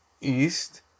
east